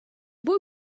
boy